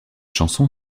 chanson